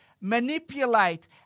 manipulate